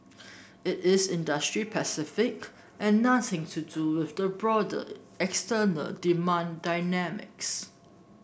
it is industry specific and nothing to do with the broader external demand dynamics